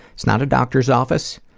it's not a doctor's office.